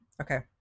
Okay